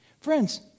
friends